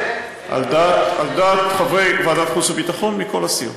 על דעת חברי ועדת החוץ והביטחון מכל הסיעות.